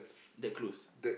that close